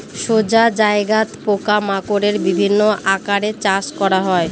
সোজা জায়গাত পোকা মাকড়ের বিভিন্ন আকারে চাষ করা হয়